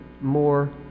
more